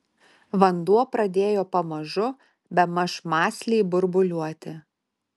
vanduo pradėjo pamažu bemaž mąsliai burbuliuoti